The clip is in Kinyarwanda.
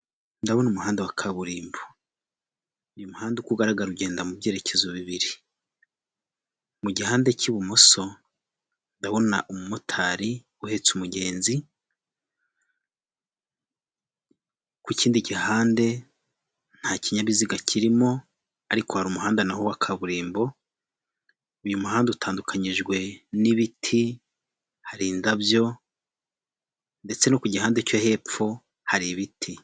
Ndabona umuhanda wa kaburimbo, uyu muhanda uko ugaragara ugenda mu byerekezo bibiri, mu gihandade cy'ibumoso ndabona umumotari uhetse umugenzi, ku kindi gihande nta kinyabiziga kirimo ariko hari umuhanda n'aho wa kaburimbo, uyu muhanda utandukanyijwe n'ibiti hari indabyo ndetse no ku gihanda cyo hepfo hari ibiti.